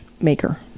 maker